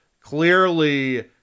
clearly